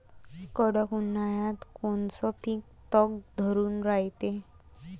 कडक उन्हाळ्यात कोनचं पिकं तग धरून रायते?